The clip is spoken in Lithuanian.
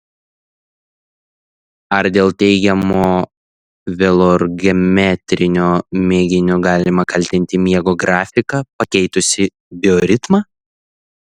ar dėl teigiamo veloergometrinio mėginio galima kaltinti miego grafiką pakeitusį bioritmą